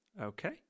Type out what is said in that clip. Okay